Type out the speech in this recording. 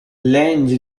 lange